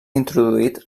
introduït